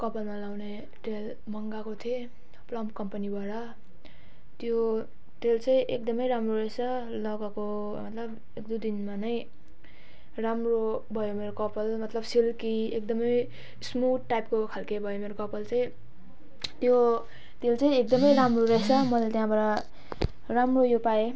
कपालमा लगाउने तेल मगाएको थिएँ प्लम कम्पनीबाट त्यो तेल चाहिँ एकदमै राम्रो रहेछ लगाएको होइन एक दुई दिनमा नै राम्रो भयो मेरो कपाल मतलब सिल्की एकदमै स्मुथ टाइपको खालके भयो मेरो कपाल चाहिँ त्यो तेल चाहिँ एकदमै राम्रो रहेछ मैले त्यहाँबाट राम्रो यो पाएँ